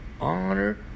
honor